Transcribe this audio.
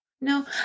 No